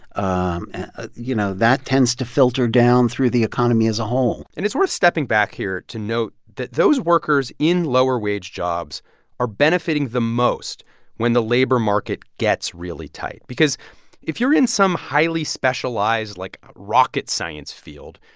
um ah you know, that tends to filter down through the economy as a whole and it's worth stepping back here to note that those workers in lower-wage jobs are benefiting the most when the labor market gets really tight. because if you're in some highly specialized, like, rocket science field,